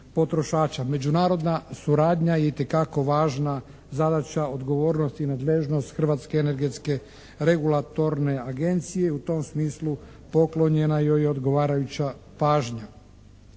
Međunarodna suradnja je itekako važna zadaća odgovornosti i nadležnost Hrvatske energetske regulatorne agencije i u tom smislu poklonjena joj je odgovarajuća pažnja.